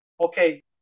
okay